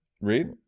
Read